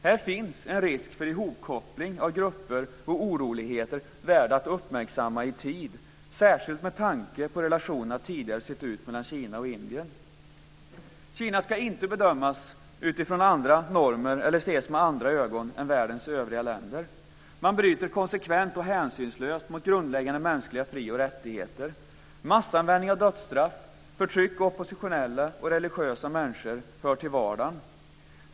Här finns en risk för en hopkoppling av grupper och oroligheter värda att uppmärksamma i tid, särskilt med tanke på hur relationerna tidigare har sett ut mellan Kina och Indien. Kina ska inte bedömas utifrån andra normer eller ses med andra ögon än världens övriga länder. Man bryter konsekvent och hänsynslöst mot grundläggande mänskliga fri och rättigheter. Massanvändning av dödsstraff samt förtryck av oppositionella och religiösa människor hör till vardagen.